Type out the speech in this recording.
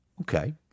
Okay